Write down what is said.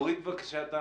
מה